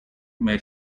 may